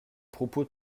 propos